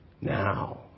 Now